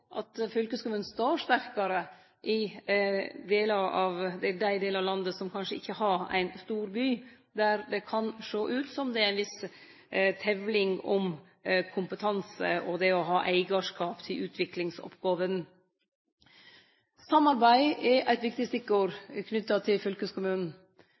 at fylkeskommunen står sterkare i dei delar av landet som kanskje ikkje har ein stor by, der det kan sjå ut som om det er ei viss tevling om kompetanse og det å ha eigarskap til utviklingsoppgåva. Samarbeid er eit viktig stikkord knytt til fylkeskommunen.